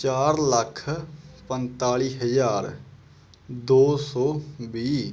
ਚਾਰ ਲੱਖ ਪੰਨਤਾਲੀ ਹਜ਼ਾਰ ਦੋ ਸੌ ਵੀਹ